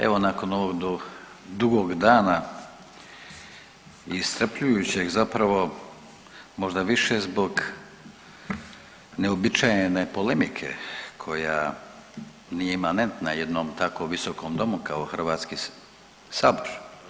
Evo ovog dugog dana i iscrpljujućeg, zapravo možda više zbog neuobičajene polemike koja nije imanentna jednom tako visokom domu kao Hrvatski sabor.